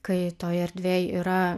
kai toj erdvėj yra